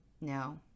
No